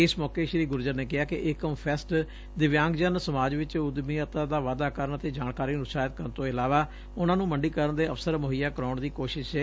ਇਸ ਮੌਕੇ ਸ੍ਰੀ ਗੁਰਜਰ ਨੇ ਕਿਹਾ ਕਿ ਏਕਮ ਫੈਸਟ ਦਿਵਿਆਂਗਜਨ ਸਮਾਜ ਵਿਚ ਉਦਮੀਅਤਾ ਦਾ ਵਾਧਾ ਕਰਨ ਅਤੇ ਜਾਣਕਾਰੀ ਨੂੰ ਉਤਸ਼ਾਹਿਤ ਕਰਨ ਤੋਂ ਇਲਾਵਾ ਉਨੂੰ ਨੂੰ ਮੰਡੀਕਰਣ ਦੇ ਅਵਸਰ ਮੁਹੱਈਆ ਕਰਾਉਣ ਦੀ ਇਕ ਕੋਸ਼ਿਸ਼ ਏ